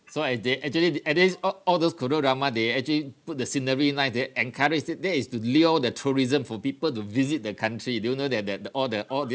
so are they actually uh this all all those korean drama they actually put the scenery nice to encourage it that is to lure the tourism for people to visit the country do you know that that the all the all the